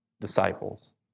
disciples